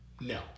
No